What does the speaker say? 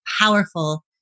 powerful